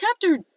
chapter